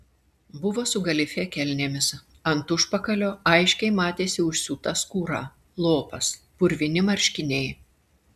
buvo su galifė kelnėmis ant užpakalio aiškiai matėsi užsiūta skūra lopas purvini marškiniai